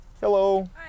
Hello